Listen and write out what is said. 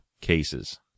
cases